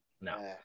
no